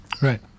right